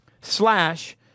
slash